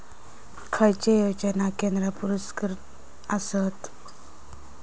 खैचे योजना केंद्र पुरस्कृत आसत?